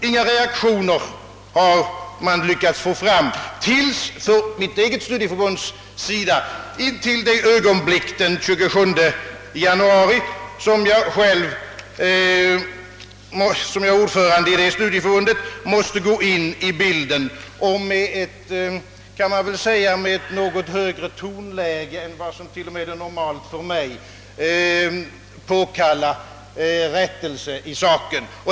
Inga reaktioner har dock åtminstone mitt eget studieförbund lyckats åstadkomma intill det ögonblick, den 27 januari, då jag själv såsom dess ordförande måste gå in i bilden och — till och med i ett något högre tonläge än vad som är normalt för mig — påkalla rättelse i saken.